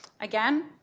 Again